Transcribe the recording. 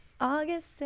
August